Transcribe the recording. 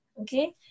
Okay